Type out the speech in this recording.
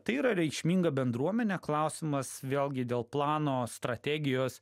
tai yra reikšminga bendruomenė klausimas vėlgi dėl plano strategijos